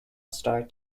star